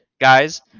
guys